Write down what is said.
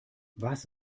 was